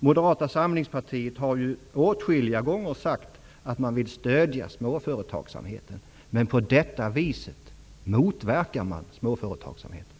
Moderata samlingspartiet har åtskilliga gånger sagt att man vill stödja småföretagsamheten. Men på detta viset motverkar man småföretagsamheten.